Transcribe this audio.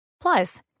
Plus